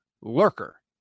lurker